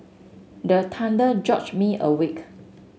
the thunder jolt me awake